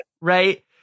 right